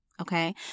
Okay